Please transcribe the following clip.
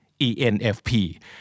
ENFP